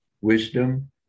Wisdom